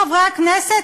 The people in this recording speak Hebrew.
חברי הכנסת,